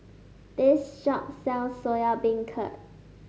this shop sells Soya Beancurd